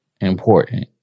important